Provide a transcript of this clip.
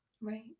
Right